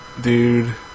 dude